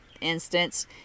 instance